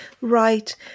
Right